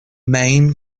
main